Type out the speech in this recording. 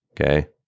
Okay